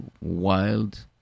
wild